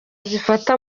zifata